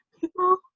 people